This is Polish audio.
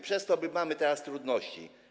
Przez to mamy teraz trudności.